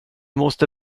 måste